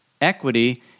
equity